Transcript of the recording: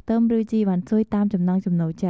ខ្ទឹមស្លឹក ឬជីវ៉ាន់ស៊ុយតាមចំណងចំណូលចិត្ត។